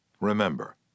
Remember